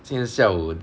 今天下午